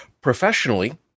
professionally